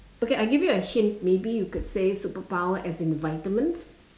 okay I give you a hint maybe you could say superpower as in vitamins